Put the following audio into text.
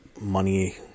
money